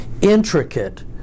intricate